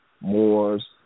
Moors